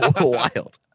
Wild